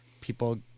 people